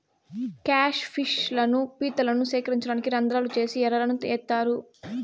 cat fish లను, పీతలను సేకరించడానికి రంద్రాలు చేసి ఎరలను ఏత్తారు